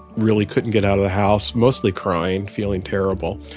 really couldn't get out of the house mostly crying, feeling terrible.